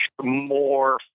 more